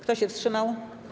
Kto się wstrzymał?